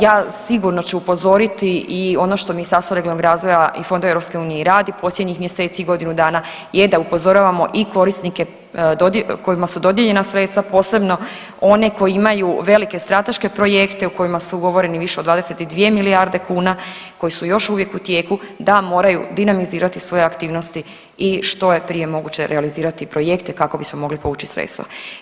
Ja sigurno ću upozoriti i ono što Ministarstvo regionalnog razvoja i fondova EU i radi posljednjih mjeseci i godinu dana je da upozoravamo i korisnike kojima su dodijeljena sredstva posebno one koji imaju velike strateške projekte u kojima su ugovoreni više od 22 milijarde kuna, koji su još uvijek u tijeku da moraju dinamizirati svoje aktivnosti i što je prije moguće realizirati projekte kako bismo mogli povući sredstva.